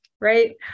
right